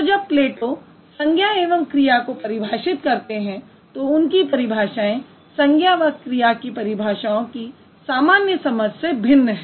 तो जब प्लेटो संज्ञा एवं क्रिया को परिभाषित करते हैं तो उनकी परिभाषाएँ संज्ञा व क्रिया की परिभाषाओं की सामान्य समझ से भिन्न हैं